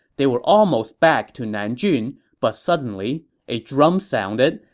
they were almost back to nanjun, but suddenly, a drum sounded,